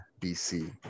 BC